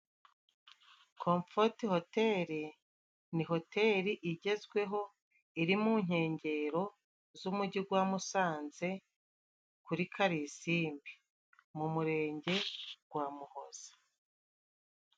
Konfoti hoteri ni hoteri igezweho iri mu nkengero z'umugi gwa Musanze, kuri Karilisimbi mu murenge gwa Muhoza.